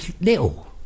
little